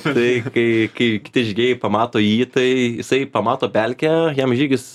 tai kai kai kiti žygeiviai pamato jį tai jisai pamato pelkę jam žygis